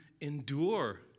endure